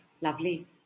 Lovely